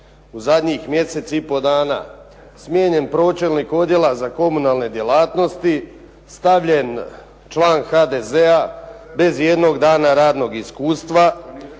u zadnjih mjesec i pol dana smijenjen pročelnik Odjela za komunalne djelatnosti, stavljen član HDZ-a bez ijednog dana radnog iskustva,